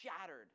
shattered